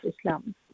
Islam